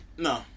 No